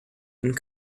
and